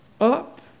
up